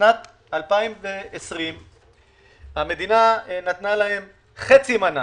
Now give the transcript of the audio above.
בשנת 2020. המדינה נתנה להם חצי מנה